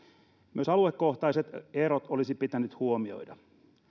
myös aluekohtaiset erot olisi pitänyt huomioida